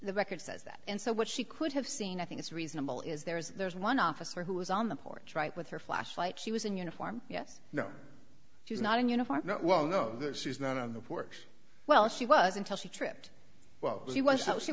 the record says that and so what she could have seen i think is reasonable is there is there's one officer who was on the porch right with her flashlight she was in uniform yes no she's not in uniform well no she's not on the porch well she was until she tripped well she was